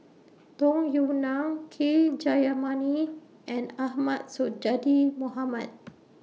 Tung Yue Nang K Jayamani and Ahmad Sonhadji Mohamad